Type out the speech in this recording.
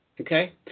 okay